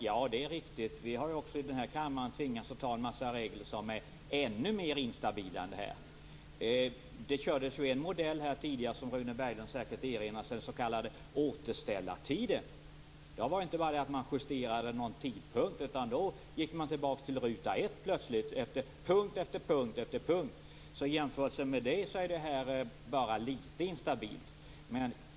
Ja, det är riktigt att vi i denna kammare har tvingats ta en mängd regler som är ännu instabilare än vad det här är fråga om. Rune Berglund erinrar sig säkert den tidigare modellen med återställartid. Det var inte bara det att man justerade en tidpunkt utan plötsligt gick man tillbaka till ruta 1 på punkt efter punkt. I jämförelse med det är det här bara litet instabilt.